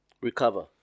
recover